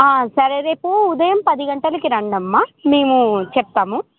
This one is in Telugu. సరే రేపు ఉదయం పది గంటలకి రండి అమ్మా మేము చెప్పుతాము